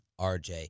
RJ